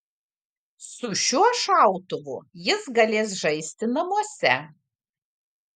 su šiuo šautuvu jis galės žaisti namuose